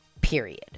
period